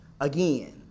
again